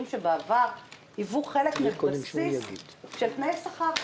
שבעבר היוו חלק מן הבסיס של תנאי שכר,